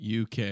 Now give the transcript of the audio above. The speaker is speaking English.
UK